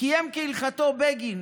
וקיים כהלכתו בגין